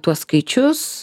tuos skaičius